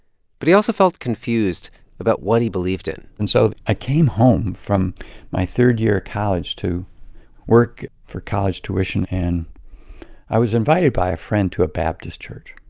but he also felt confused about what he believed in and so i came home from my third year of college to work for college tuition, and i was invited by a friend to a baptist church.